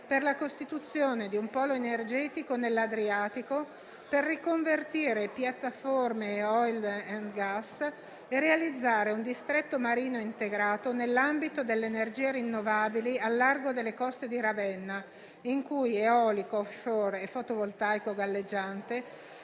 per la costituzione di un polo energetico nell'Adriatico per riconvertire piattaforme *oil & gas* e realizzare un distretto marino integrato nell'ambito delle energie rinnovabili al largo delle coste di Ravenna, in cui eolico, *off-shore* e fotovoltaico galleggiante